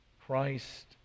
Christ